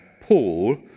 Paul